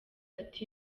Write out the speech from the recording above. ati